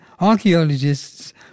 archaeologists